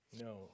no